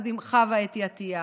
חוה אתי עטייה,